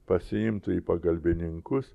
pasiimtų į pagalbininkus